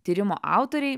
tyrimo autoriai